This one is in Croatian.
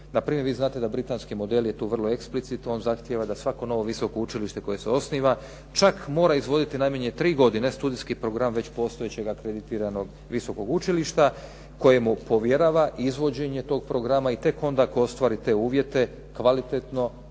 Npr., vi znate da britanski model je tu vrlo eksplicit, on zahtjeva da svako novo visoko učilište koje se osniva čak moraju izvoditi najmanje tri godine studijski program već postojećeg akreditiranog visokog učilišta, koje mu povjerava izvođenje tog programa i tek onda, ako ostvari te uvjete kvalitetno,